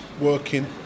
working